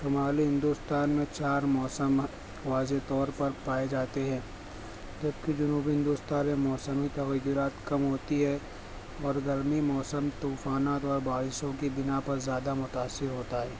شمالی ہندوستان میں چار موسم واضح طور پر پائے جاتے ہیں جب کہ جنوبی ہندوستان میں موسمی تغیرات کم ہوتی ہے اور گرمی موسم طوفانات اور بارشوں کے بنا پر زیادہ متاثر ہوتا ہے